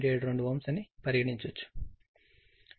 72 Ω అని పరిగణిస్తాను